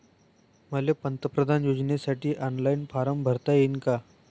मले पंतप्रधान योजनेसाठी ऑनलाईन फारम भरता येईन का?